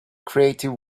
creative